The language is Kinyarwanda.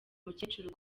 mukecuru